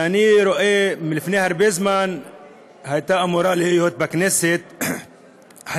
שלדעתי הייתה אמורה להיות בכנסת לפני הרבה זמן,